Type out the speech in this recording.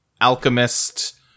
alchemist